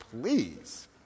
please